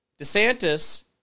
DeSantis